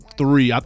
three